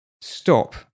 stop